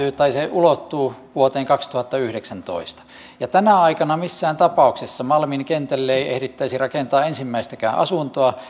ulottuu vuoteen kaksituhattayhdeksäntoista tänä aikana missään tapauksessa malmin kentälle ei ehdittäisi rakentaa ensimmäistäkään asuntoa